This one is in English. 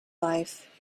life